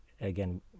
again